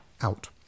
out